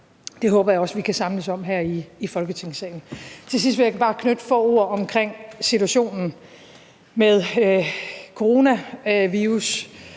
Det håber jeg også at vi kan samles om her i Folketingssalen. Til sidst vil jeg bare knytte få ord til situationen med coronavirussen.